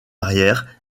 arrière